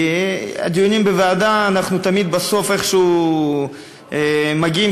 כי בדיונים בוועדה תמיד בסוף איכשהו מגיעים